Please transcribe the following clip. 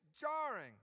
jarring